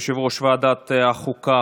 יושב-ראש ועדת החוקה,